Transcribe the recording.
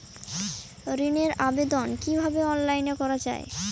ঋনের আবেদন কিভাবে অনলাইনে করা যায়?